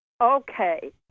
Okay